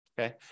Okay